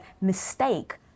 mistake